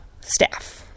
staff